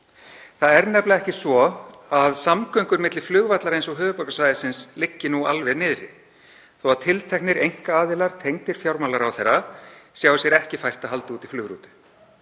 Það er nefnilega ekki svo að samgöngur milli flugvallarins og höfuðborgarsvæðisins liggi alveg niðri þótt tilteknir einkaaðilar tengdir fjármálaráðherra sjái sér ekki fært að halda úti flugrútu.